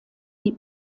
die